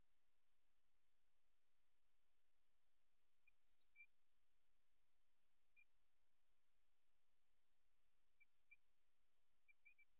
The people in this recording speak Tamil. இது நபரின் தரப்பில் ஒரு குறிப்பிட்ட தயக்கத்தைக் குறிக்கிறது அந்த நபருக்கு வேறுபாடு உள்ளது மற்றும் வெளிப்படையாக ஒரு கருத்தை அறிவிக்க முடியாது ஆயினும்கூட இந்த நபரின் தரப்பில் விருப்பமுள்ள மற்றும் உடனடி கீழ்ப்படிதலை இது தெரிவிக்கிறது